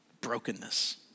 brokenness